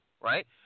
right